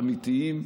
אמיתיים,